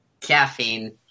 Caffeine